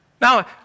Now